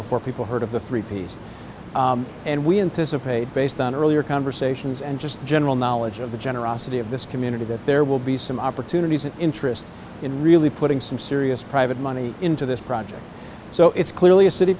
before people heard of the three piece and we anticipate based on earlier conversations and just general knowledge of the generosity of this community that there will be some opportunities an interest in really putting some serious private money into this project so it's clearly a city